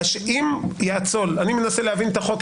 אני מנסה להבין את החוק.